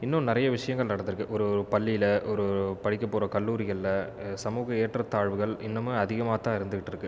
இன்னும் நிறைய விஷயங்கள் நடந்திருக்கு ஒரு பள்ளியில் ஒரு படிக்கப்போகிற கல்லூரிகளில் சமூக ஏற்றத்தாழ்வுகள் இன்னுமுமே அதிகமாக தான் இருந்துகிட்டு இருக்குது